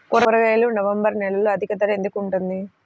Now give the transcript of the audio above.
కూరగాయలు నవంబర్ నెలలో అధిక ధర ఎందుకు ఉంటుంది?